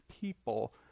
people